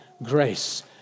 grace